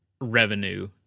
revenue